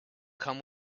come